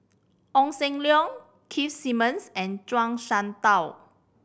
Ong Sam Leong Keith Simmons and Zhuang Shengtao